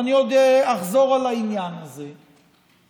ואני עוד אחזור אל העניין הזה,